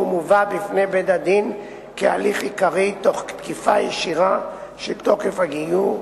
מובא בפני בית-הדין כהליך עיקרי תוך תקיפה ישירה של תוקף הגיור,